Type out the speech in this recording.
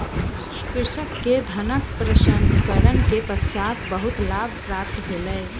कृषक के धानक प्रसंस्करण के पश्चात बहुत लाभ प्राप्त भेलै